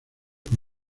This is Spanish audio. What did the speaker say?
con